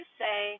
say